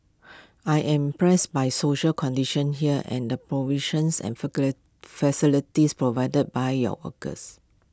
I am pressed by social conditions here and the provisions and facilities provided by your workers